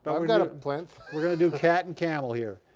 i mean got a plinth we're going to do cat and camel here,